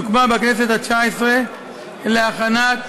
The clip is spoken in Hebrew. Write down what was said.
שהוקמה בכנסת התשע-עשרה להכנת